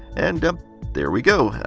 and there we go.